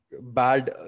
bad